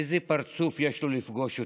איזה פרצוף יש לו לפגוש אותם,